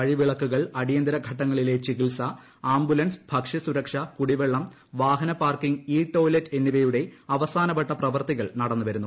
വഴിവിളക്കുകൾ അടിയന്തരഘട്ടങ്ങളിലെ ചികിത്സ ആംബുലൻസ് ഭക്ഷ്യ സുരക്ഷ കുടിവെള്ളം വാഹനപാർക്കിംഗ് ഇ ടോയ്ലറ്റ് എന്നിവയുടെ അവസാനവട്ട പ്രവൃത്തികൾ നടന്നുവരുന്നു